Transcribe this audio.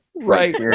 Right